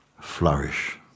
flourish